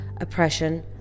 oppression